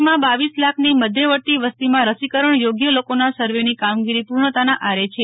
કચ્છમાં રર લાખની મધ્યવર્તી વસ્તીમાં રસીકરણ યોગ્ય રીતે લોકોના સવની કામગોરી પૂર્ણતાના આરે છે